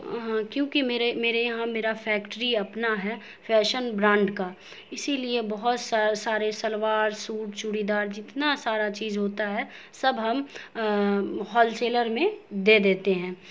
کیونکہ میرے میرے یہاں میرا فیکٹری اپنا ہے فیش برانڈ کا اسی لیے بہت سارے سلوار سوٹ چوڑی دار جتنا سارا چیز ہوتا ہے سب ہم ہول سیلر میں دے دیتے ہیں